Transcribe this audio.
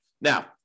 Now